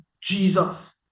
Jesus